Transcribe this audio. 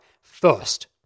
first